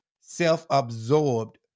self-absorbed